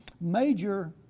major